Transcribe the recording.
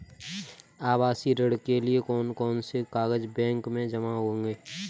आवासीय ऋण के लिए कौन कौन से कागज बैंक में जमा होंगे?